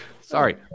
Sorry